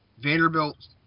Vanderbilt